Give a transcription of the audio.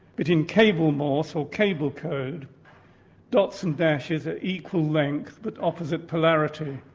but in cable morse or cable code dots and dashes are equal length but opposite polarity.